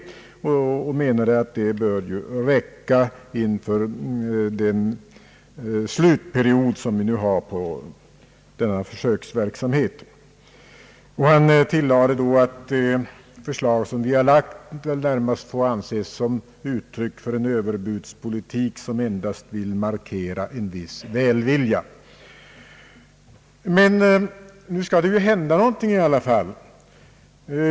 Han menade att det borde räcka inför slutperioden för denna försöksverksamhet. Han tillade att de förslag som vi lagt fram närmast får anses som uttryck för en överbudspolitik som endast vill markera en viss välvilja. Men nu skall det hända någonting i alla fall.